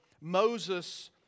Moses